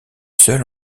seule